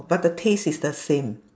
but the taste is the same